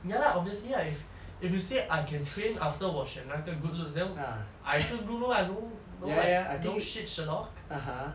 ya lah obviously lah if if you say I can train after 我选那个 good looks then I choose good looks ah no no like no shit sherlock